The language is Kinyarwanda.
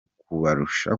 kubarusha